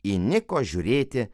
įniko žiūrėti